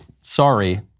Sorry